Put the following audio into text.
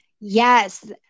Yes